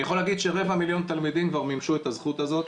אני יכול להגיד שרבע מיליון תלמידים כבר מימשו את הזכות הזאת,